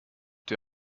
dir